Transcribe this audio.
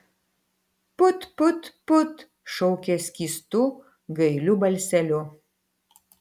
put put put šaukė skystu gailiu balseliu